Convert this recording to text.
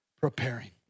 preparing